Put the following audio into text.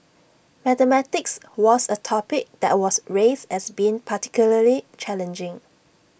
mathematics was A topic that was raised as being particularly challenging